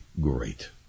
great